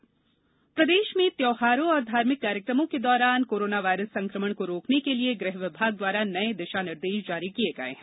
Covid निर्देश प्रदेश में त्योहारों और धार्मिक कार्यक्रमों के दौरान कोरोनावायरस संक्रमण को रोकने के लिए गृह विभाग द्वारा नए दिशानिर्देश जारी किए गए हैं